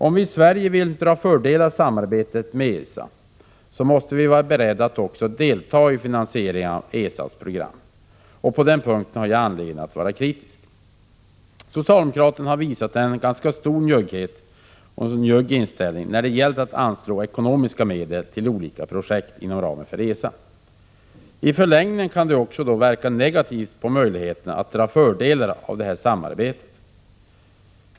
Om vi i Sverige vill dra fördelar av samarbetet inom ESA måste vi vara beredda att också delta i Prot. 1986/87:127 finansieringen av ESA:s program. Och på den punkten har jag anledning att vara kritisk. Socialdemokraterna har visat en för njugg inställning när det gällt att anslå ekonomiska medel till olika projekt inom ramen för ESA. I förlängningen kan detta inverka negativt på möjligheterna att dra fördelar av samarbetet.